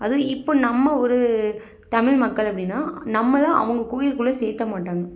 அதுவும் இப்போ நம்ம ஒரு தமிழ் மக்கள் அப்படின்னா நம்மளை அவங்க கோவில்க்குள்ள சேர்க்க மாட்டாங்க